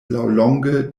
laŭlonge